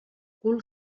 cul